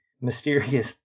mysterious